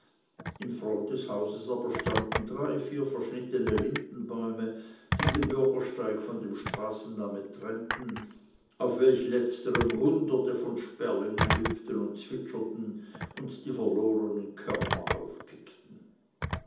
in front des hauses aber standen drei vier verschnittene lindenbäume die den bürgersteig von dem straßendamme trennten auf welchem letzteren hunderte von sperlingen hüpften und zwitscherten und die verlorenen körner aufpickten